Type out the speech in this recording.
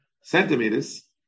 centimeters